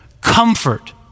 comfort